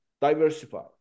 diversify